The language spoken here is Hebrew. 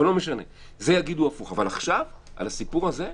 אבל עכשיו, על הסיפור הזה?